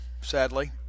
sadly